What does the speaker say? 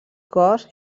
cos